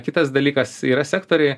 kitas dalykas yra sektoriai